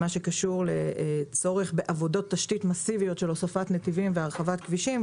מה שקשור לצורך בעבודות תשתית מסיביות של הוספת נתיבים והרחבת כבישים,